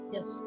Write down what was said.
Yes